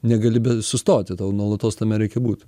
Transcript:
negali be sustoti tau nuolatos tame reikia būti